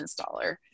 installer